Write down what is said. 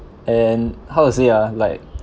and how to say ah like